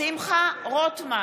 שמחה רוטמן,